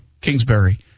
Kingsbury